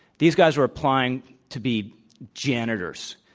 these guys were applying to be janitors.